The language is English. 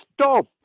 stop